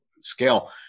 scale